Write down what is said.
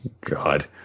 God